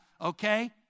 okay